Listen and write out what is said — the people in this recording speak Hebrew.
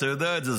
אתה יודע את זה.